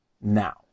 now